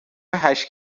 هشت